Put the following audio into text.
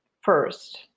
first